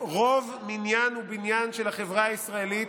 רוב מניין ובניין של החברה הישראלית,